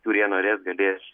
kurie norės galės